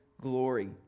glory